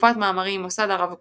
אסופת מאמרים, מוסד הרב קוק,